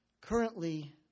Currently